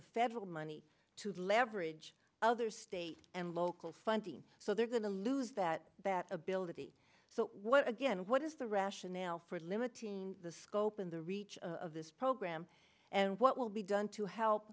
of federal money to leverage other state and local funding so they're going to lose that bat ability so what again what is the rationale for limiting the scope and the reach of this program and what will be done to help